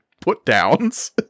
put-downs